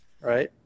right